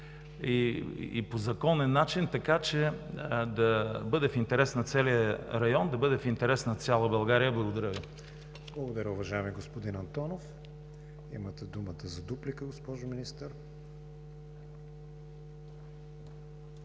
и по законен начин, така че да бъде в интерес на целия район, да бъде в интерес на цяла България. Благодаря Ви. ПРЕДСЕДАТЕЛ КРИСТИАН ВИГЕНИН: Благодаря, уважаеми господин Антонов. Имате думата за дуплика, госпожо Министър.